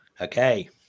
Okay